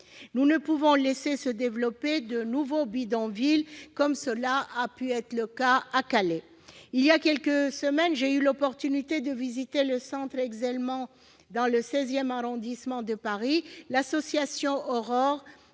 Nous ne pouvons laisser se développer de nouveaux bidonvilles, comme cela a pu être le cas à Calais. Voilà quelques semaines, j'ai eu l'occasion de visiter le centre Exelmans dans le XIX arrondissement de Paris. L'association Aurore,